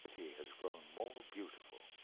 he has grown more beautiful